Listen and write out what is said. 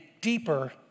deeper